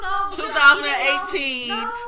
2018